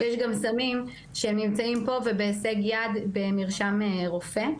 יש גם סמים שהם נמצאים פה ובהישג יד במרשם רופא.